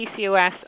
PCOS